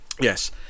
yes